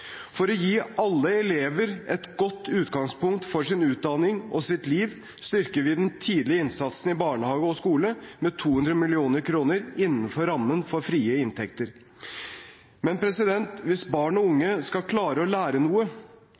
For å gi alle elever et godt utgangspunkt for sin utdanning og sitt liv styrker vi den tidlige innsatsen i barnehage og skole med 200 mill. kr innenfor rammen av frie inntekter. Men hvis barn og unge skal klare å lære noe,